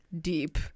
deep